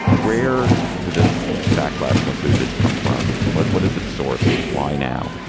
where do this backlash against bridgette's come from? what what is its source? why now?